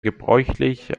gebräuchlich